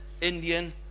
Indian